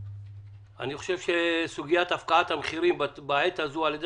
אני חושב שבסוגיית הפקעת המחירים על ידי